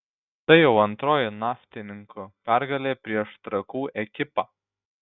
tai jau antroji naftininkų pergalė prieš trakų ekipą